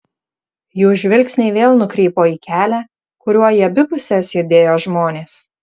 jų žvilgsniai vėl nukrypo į kelią kuriuo į abi puses judėjo žmonės